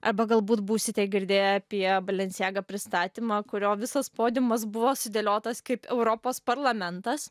arba galbūt būsite girdėję apie balenciaga pristatymą kurio visas podiumas buvo sudėliotas kaip europos parlamentas